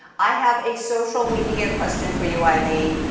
i have a social media question for you, eilene.